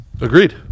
Agreed